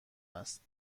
است